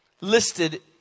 listed